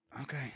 Okay